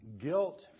guilt